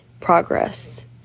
progress